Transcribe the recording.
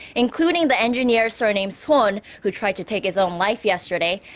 including the engineer surnamed sohn who tried to take his own life yesterday.